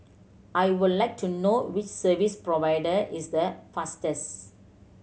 I would like to know which service provider is the fastest